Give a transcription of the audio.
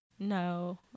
No